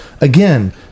again